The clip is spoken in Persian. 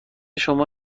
شما